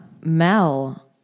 Mel